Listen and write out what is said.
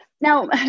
Now